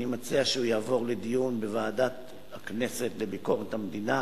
אני מציע שהוא יעבור לדיון בוועדת הכנסת לביקורת המדינה.